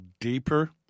deeper